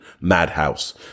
madhouse